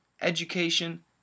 education